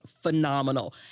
Phenomenal